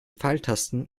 pfeiltasten